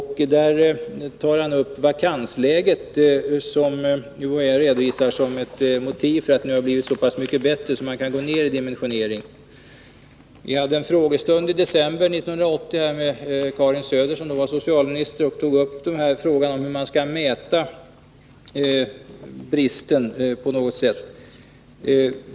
Han tar upp vakansläget. UHÄ redovisar som ett motiv till att man kan gå ner i dimensionering att det nu har blivit så mycket bättre. Vid en frågestund i december 1980 tog Karin Söder, som då var socialminister, upp frågan om hur man skall mäta bristen.